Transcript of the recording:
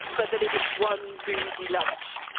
but that it was one boozy lunch.